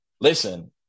listen